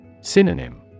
Synonym